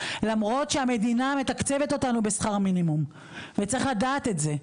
למרות שהמדינה מתקצבת אותנו בשכר מינימום וצריך לדעת את זה.